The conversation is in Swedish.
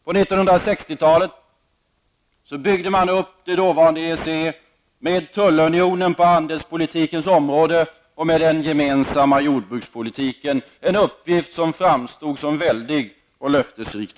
På 1960-talet byggde man upp det dåvarande EEC med tullunionen på handelspolitikens område och med den gemensamma jordbrukspolitiken -- en uppgift som då framstod som väldig och löftesrik.